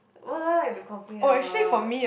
what do I like to complain about